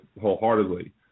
wholeheartedly